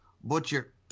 Butcher